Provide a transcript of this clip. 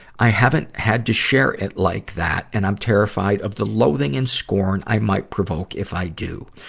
i haven't had to share it like that, and i'm terrified of the loathing and scorn i might provoke if i do.